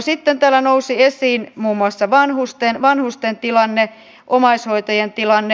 sitten täällä nousi esiin muun muassa vanhusten ja omaishoitajien tilanne